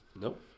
Nope